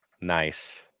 Nice